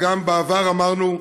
גם בעבר אמרנו,